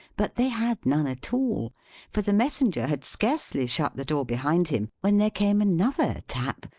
but they had none at all for the messenger had scarcely shut the door behind him, when there came another tap,